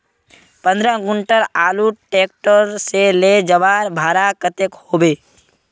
पंद्रह कुंटल आलूर ट्रैक्टर से ले जवार भाड़ा कतेक होबे?